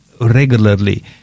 regularly